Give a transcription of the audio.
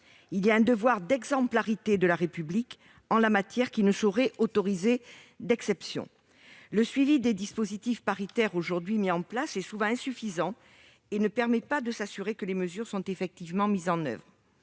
un devoir d'exemplarité de la République, laquelle ne saurait admettre quelque exception que ce soit. Le suivi des dispositifs paritaires aujourd'hui mis en place est souvent insuffisant et ne permet pas de s'assurer que les mesures sont effectivement mises en oeuvre.